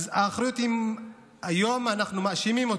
אז היום אנחנו מאשימים אותו.